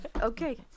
Okay